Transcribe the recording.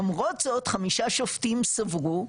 למרות זאת, חמשיה שופטים סברו,